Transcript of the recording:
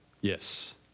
Yes